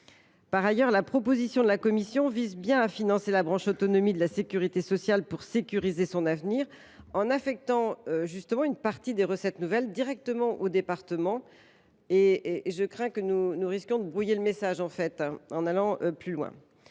Par ailleurs, la proposition de la commission vise à financer la branche autonomie de la sécurité sociale pour sécuriser son avenir, en affectant une partie des recettes nouvelles directement aux départements. Nous risquerions de brouiller le message si nous allions plus loin.